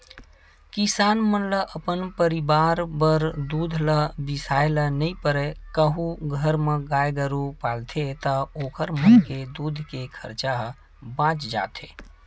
किसान मन ल अपन परवार बर दूद ल बिसाए ल नइ परय कहूं घर म गाय गरु पालथे ता ओखर मन के दूद के खरचा ह बाच जाथे